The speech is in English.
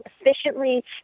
efficiently